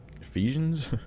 Ephesians